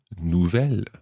nouvelle